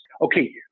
okay